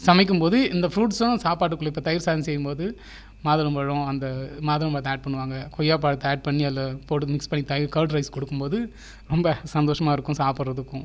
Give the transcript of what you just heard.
சமைக்கும்போது இந்த ஃப்ரூட்ஸும் சாப்பாட்டுக்கும் தயிர் சாதம் செய்யும் போது மாதுளம் பழம் அந்த மாதுளம் பழத்தை ஆட் பண்ணுவாங்க கொய்யா பழத்தை ஆட் பண்ணி அதில் போட்டு மிக்ஸ் பண்ணி தயிர் கர்ட் ரைஸ் தரும் போது ரொம்ப சந்தோஷமாக இருக்கும் சாப்பிடுவதற்கும்